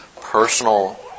personal